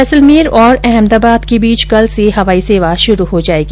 जैसलमेर और अहमदाबाद के बीच कल से हवाई सेवा शुरू हो जाएगी